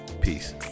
Peace